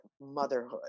motherhood